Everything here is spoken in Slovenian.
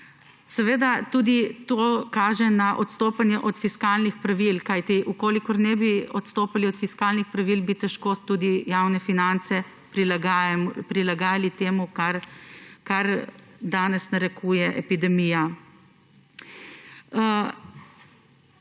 Seveda to kaže na odstopanje od fiskalnih pravil, kajti če ne bi odstopali od fiskalnih pravil, bi težko javne finance prilagajali temu, kar danes narekuje epidemija.